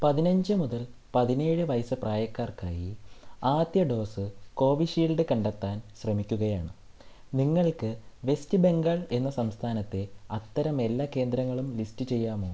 പതിനഞ്ച് മുതൽ പതിനേഴ് വയസ്സ് പ്രായക്കാർക്കായി ആദ്യ ഡോസ് കോവിഷീൽഡ് കണ്ടെത്താൻ ശ്രമിക്കുകയാണ് നിങ്ങൾക്ക് വെസ്റ്റ് ബംഗാൾ എന്ന സംസ്ഥാനത്തെ അത്തരം എല്ലാകേന്ദ്രങ്ങളും ലിസ്റ്റ് ചെയ്യാമോ